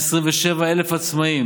להסתפק.